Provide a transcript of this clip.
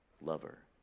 lover